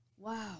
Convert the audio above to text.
Wow